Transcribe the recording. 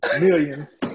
millions